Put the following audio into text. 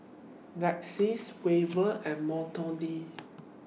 Lexis Weaver and Melodee